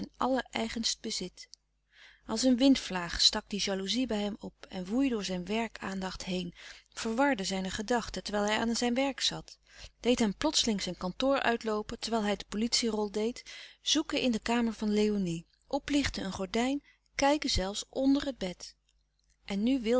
windlouis couperus de stille kracht vlaag stak die jalouzie bij hem op en woei door zijn werk aandacht heen verwarde zijne gedachten terwijl hij aan zijn werk zat deed hem plotseling zijn kantoor uitloopen terwijl hij de politie rol deed zoeken in de kamer van léonie oplichten een gordijn kijken zelfs onder het bed en nu wilde